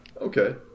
Okay